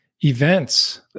events